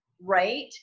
right